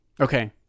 Okay